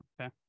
Okay